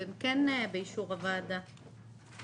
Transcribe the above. שהם כן באישור הוועדה.